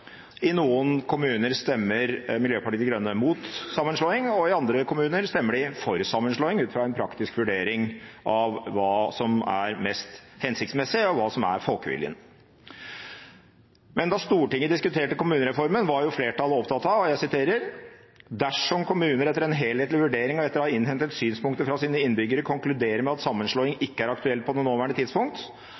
I noen kommuner stemmer Miljøpartiet De Grønne imot sammenslåing, og i andre kommuner stemmer vi for sammenslåing, ut fra en praktisk vurdering av hva som er mest hensiktsmessig, og hva som er folkeviljen. Men da Stortinget diskuterte kommunereformen, var flertallet opptatt av: «Dersom kommunene etter en helhetlig vurdering og etter å ha innhentet synspunkter fra sine innbyggere konkluderer med at sammenslåing ikke er aktuelt på det nåværende tidspunkt,